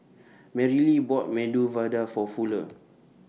Marylee bought Medu Vada For Fuller